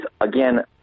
again